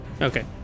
Okay